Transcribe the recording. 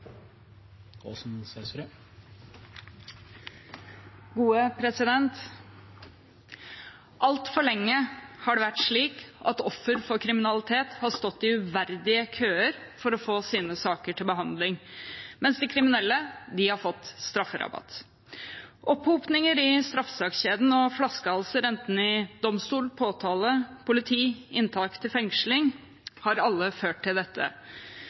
Altfor lenge har det vært slik at offer for kriminalitet har stått i uverdige køer for å få sine saker til behandling, mens de kriminelle har fått strafferabatt. Opphopinger i straffesakskjeden og flaskehalser enten i domstol, påtalemyndighet, politi eller ved inntak til fengsling har alt ført til dette.